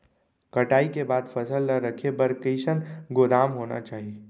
कटाई के बाद फसल ला रखे बर कईसन गोदाम होना चाही?